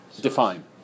Define